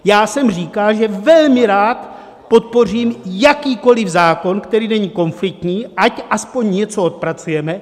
Já jsem říkal, že velmi rád podpořím jakýkoliv zákon, který není konfliktní, ať aspoň něco odpracujeme.